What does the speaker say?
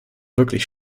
wirklich